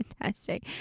fantastic